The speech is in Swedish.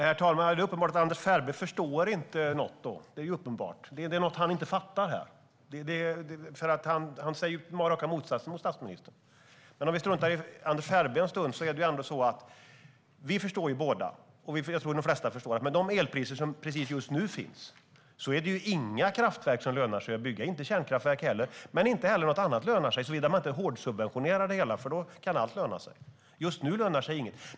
Herr talman! Då är det uppenbart att Anders Ferbe inte förstår något. Det är tydligen något han inte fattar här, för han säger raka motsatsen mot statsministern. Men om vi struntar i Anders Ferbe en stund är det ändå så att vi båda förstår - och jag tror att de flesta förstår det - att med de elpriser som just nu finns lönar det sig inte att bygga några kraftverk alls. Det lönar sig inte att bygga kärnkraftverk, men inte heller något annat lönar sig såvida man inte hårdsubventionerar det hela. Då kan allt löna sig. Just nu lönar sig inget.